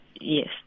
Yes